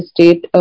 State